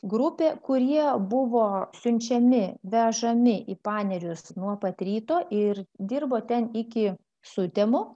grupė kurie buvo siunčiami vežami į panerius nuo pat ryto ir dirbo ten iki sutemų